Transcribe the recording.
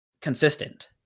consistent